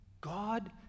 God